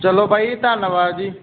ਚਲੋ ਬਾਈ ਜੀ ਧੰਨਵਾਦ ਜੀ